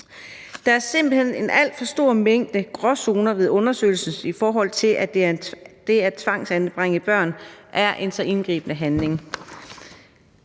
Der er simpelt hen en alt for stor mængde gråzoner i undersøgelserne i forhold til, at det at tvangsanbringe børn er så indgribende en handling.